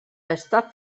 està